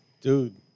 Dude